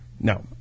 No